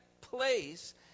place